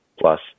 plus